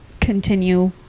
continue